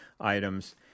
items